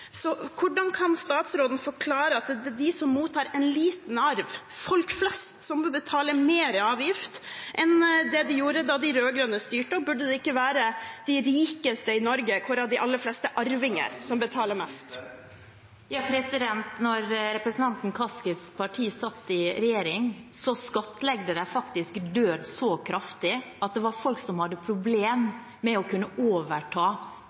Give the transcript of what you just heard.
Hvordan kan statsråden forklare at det er de som mottar en liten arv, folk flest, som må betale mer i avgift enn det de gjorde da de rød-grønne styrte? Burde det ikke være de rikeste i Norge, hvorav de aller fleste arver, som betaler mest? Da representanten Kaskis parti satt i regjering, skattla de faktisk død så kraftig at det var folk som hadde problemer med å kunne overta